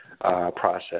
process